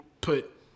put